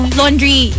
laundry